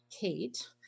Kate